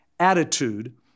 attitude